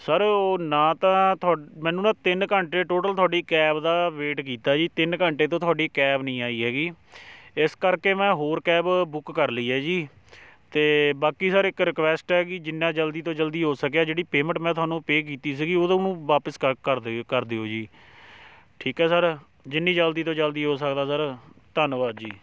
sir ਉਹ ਨਾ ਤਾਂ ਤੁਹ ਮੈਨੂੰ ਨਾ ਤਿੰਨ ਘੰਟੇ ਟੋਟਲ ਤੁਹਾਡੀ ਕੈਬ ਦਾ ਵੇਟ ਕੀਤਾ ਜੀ ਤਿੰਨ ਘੰਟੇ ਤੋਂ ਤੁਹਾਡੀ ਕੈਬ ਨਹੀਂ ਆਈ ਹੈਗੀ ਇਸ ਕਰਕੇ ਮੈਂ ਹੋਰ ਕੈਬ ਬੁੱਕ ਕਰ ਲਈ ਹੈ ਜੀ ਅਤੇ ਬਾਕੀ ਸਰ ਇੱਕ ਰਿਕੁਐਸਟ ਹੈਗੀ ਜਿੰਨਾਂ ਜਲਦੀ ਤੋਂ ਜਲਦੀ ਹੋ ਸਕਿਆ ਜਿਹੜੀ ਪੇਮੈਂਟ ਮੈਂ ਤੁਹਾਨੂੰ ਪੇ ਕੀਤੀ ਸੀਗੀ ਉਹ ਤਾਂ ਉਹਨੂੰ ਵਾਪਿਸ ਕਰ ਕਰ ਦੇ ਕਰ ਦਿਓ ਜੀ ਠੀਕ ਹੈ ਸਰ ਜਿੰਨੀ ਜਲਦੀ ਤੋਂ ਜਲਦੀ ਹੋ ਸਕਦਾ ਸਰ ਧੰਨਵਾਦ ਜੀ